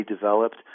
developed